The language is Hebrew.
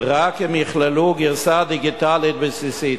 רק אם יכללו גרסה דיגיטלית בסיסית.